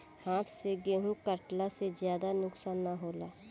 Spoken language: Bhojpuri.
हाथ से गेंहू कटला से ज्यादा नुकसान ना होला